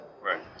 Right